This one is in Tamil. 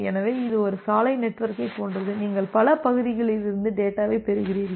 எனவே இது ஒரு சாலை நெட்வொர்க்கைப் போன்றது நீங்கள் பல பகுதிகளிலிருந்து டேட்டாவைப் பெறுகிறீர்கள்